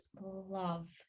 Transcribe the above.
love